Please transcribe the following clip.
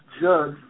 judge